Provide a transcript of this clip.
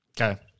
Okay